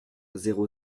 zéro